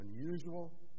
unusual